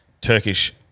Turkish